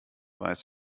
weiß